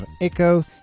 echo